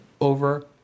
over